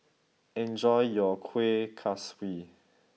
enjoy your Kuih Kaswi